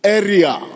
area